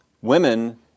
Women